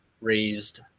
raised